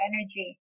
energy